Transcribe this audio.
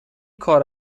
کار